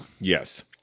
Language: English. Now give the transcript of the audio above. Yes